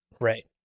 Right